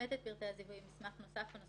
לפי מסמך זיהוי כאמור בסעיף 4,